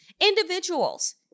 individuals